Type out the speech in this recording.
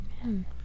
amen